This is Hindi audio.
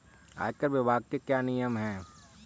आयकर विभाग के क्या नियम हैं?